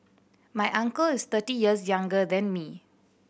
my uncle is thirty years younger than me